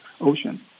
Ocean